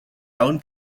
own